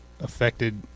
affected